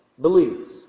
believes